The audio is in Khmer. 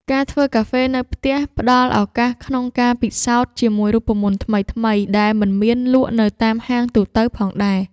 ការធ្វើកាហ្វេនៅផ្ទះផ្ដល់នូវឱកាសក្នុងការពិសោធន៍ជាមួយរូបមន្តថ្មីៗដែលមិនមានលក់នៅតាមហាងទូទៅផងដែរ។